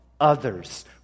others